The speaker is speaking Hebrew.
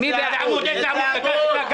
איזה עמוד?